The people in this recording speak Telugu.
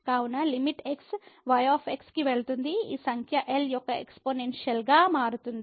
కావున లిమిట్ x y కి వెళుతుంది ఈ సంఖ్య L యొక్క ఎక్స్పోనెన్షియల్ గా గా మారుతుంది